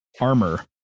armor